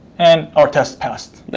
and our test passed.